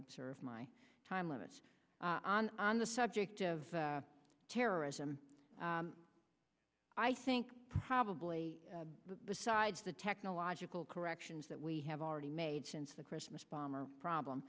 observe my time limit on the subject of terrorism i think probably besides the technological corrections that we have already made since the christmas bomber problem